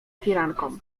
firanką